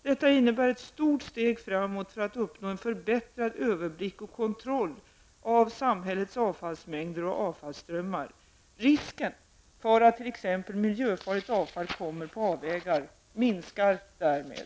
Detta innebär ett stort steg framåt för att uppnå en förbättrad överblick och kontroll av samhällets avfallsmängder och avfallsströmmar. Risken för att t.ex. miljöfarligt avfall kommer på avvägar minskar därmed.